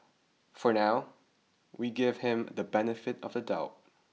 for now we give him the benefit of the doubt